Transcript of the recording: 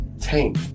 Tank